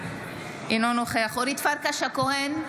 אינו נוכח אורית פרקש הכהן,